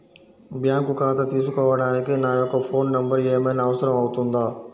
Bank ఖాతా తీసుకోవడానికి నా యొక్క ఫోన్ నెంబర్ ఏమైనా అవసరం అవుతుందా?